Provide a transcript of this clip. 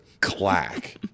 clack